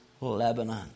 Lebanon